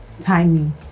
timing